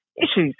issues